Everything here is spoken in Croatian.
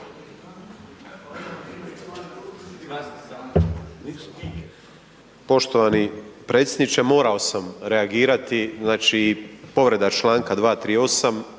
Poštovani predsjedniče morao sam reagirati, znači povreda Članka 238.